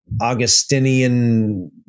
Augustinian